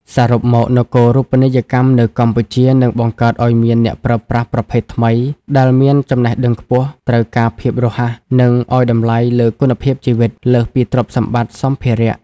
សរុបមក នគរូបនីយកម្មនៅកម្ពុជានឹងបង្កើតឱ្យមានអ្នកប្រើប្រាស់ប្រភេទថ្មី ដែលមាន "ចំណេះដឹងខ្ពស់ ត្រូវការភាពរហ័ស និងឱ្យតម្លៃលើគុណភាពជីវិត" លើសពីទ្រព្យសម្បត្តិសម្ភារៈ។